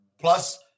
Plus